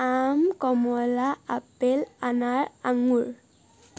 আম কমলা আপেল আনাৰ আঙুৰ